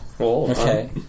Okay